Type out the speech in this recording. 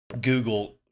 Google